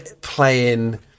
playing